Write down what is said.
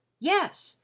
yes,